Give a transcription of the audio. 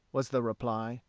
was the reply.